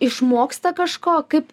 išmoksta kažko kaip